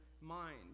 mind